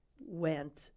went